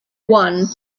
one